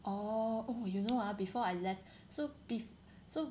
orh oh you know ah before I left so be~ so